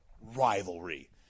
Rivalry